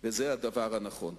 וזה הדבר הנכון.